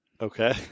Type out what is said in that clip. Okay